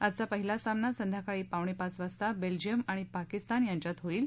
आजचा पहिला सामना संध्याकाळी पावणे पाच वाजता बेल्जियम आणि पाकिस्तान यांच्यात होईल